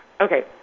Okay